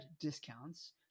discounts